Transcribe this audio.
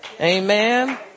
Amen